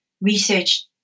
research